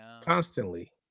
constantly